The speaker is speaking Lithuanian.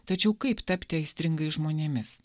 tačiau kaip tapti aistringais žmonėmis